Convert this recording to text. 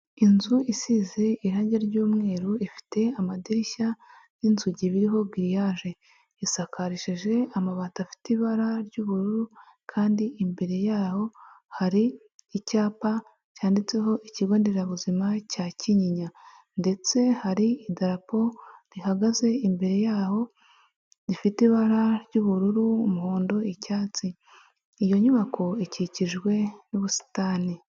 Inzu isize irangi ry'umweru ifite amadirishya n'inzugi biriho giriyaje, isakarishije amabati afite ibara ry'ubururu kandi imbere yaho hari icyapa cyanditseho ikigo nderabuzima cya Kinyinya ndetse hari idarapo rihagaze imbere yaho rifite ibara ry'ubururu, umuhondo, icyatsi, iyo nyubako ikikijwe n'ubusitani.